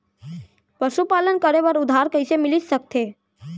पशुपालन करे बर उधार कइसे मिलिस सकथे?